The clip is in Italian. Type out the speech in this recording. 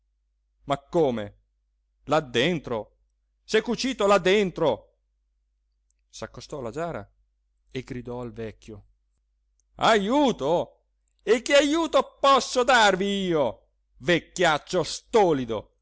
ma come là dentro s'è cucito là dentro s'accostò alla giara e gridò al vecchio ajuto e che ajuto posso darvi io vecchiaccio stolido